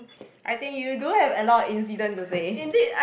I think you do have a lot incident to say